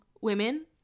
women